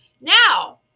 Now